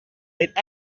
with